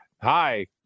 hi